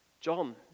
John